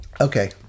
okay